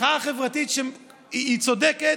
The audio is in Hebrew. מחאה חברתית שהיא צודקת,